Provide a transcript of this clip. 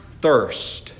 thirst